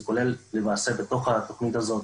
בתוכנית הזאת